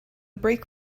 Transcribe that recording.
brake